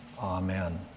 Amen